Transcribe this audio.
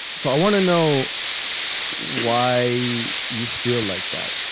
so i want to know why you feel like that.